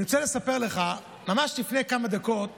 אני רוצה לספר לך, ממש לפני כמה דקות